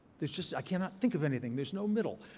there's just, i cannot think of anything. there's no middle.